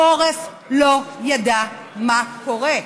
העורף לא ידע מה קורה.